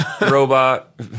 robot